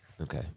Okay